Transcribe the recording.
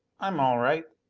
i'm all right.